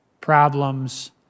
problems